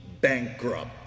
bankrupt